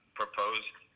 proposed